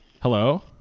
Hello